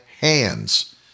hands